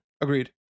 Agreed